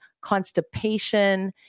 constipation